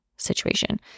situation